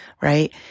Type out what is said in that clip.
right